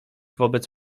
wobec